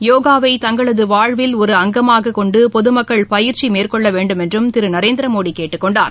யோகாவை தங்களது வாழ்வில் ஒரு அங்கமாக கொண்டு பொதுமக்கள் பயிற்சி மேற்கொள்ள வேண்டும் என்றும் திரு நரேந்திரமோடி கேட்டுக் கொண்டார்